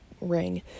ring